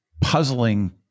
puzzling